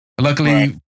Luckily